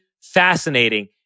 fascinating